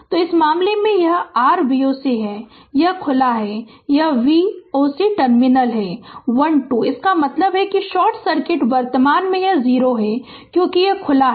तो इस मामले में यह r V o c है यह खुला है यह V o c टर्मिनल है 1 2 तो इसका मतलब है कि शॉर्ट सर्किट वर्तमान यह 0 है क्योंकि यह खुला है